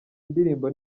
ndirimbo